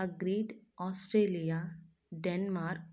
Australia Denmark